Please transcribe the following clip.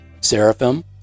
Seraphim